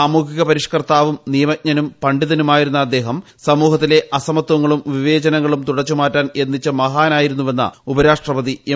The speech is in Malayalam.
സാമൂഹിക പരിഷ്ക്കർത്താവും നിയമജ്ഞനും പണ്ഡിതനുമാ യിരുന്ന അദ്ദേഹം സമൂഹത്തിലെ അസമത്വങ്ങളും വിവേചനങ്ങളും തുടച്ചു മാറ്റാൻ യത്നിച്ച മഹാനായിരുന്നു വെന്ന് ഉപരാഷ്ട്രപതി എം